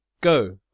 Go